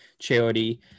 charity